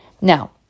Now